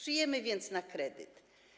Żyjemy więc na kredyt.